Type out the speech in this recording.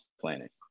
planet